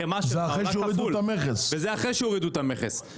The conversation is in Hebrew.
החמאה שלך עולה כפול וזה אחרי שהורידו את המכס.